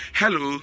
hello